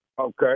Okay